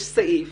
יש סעיף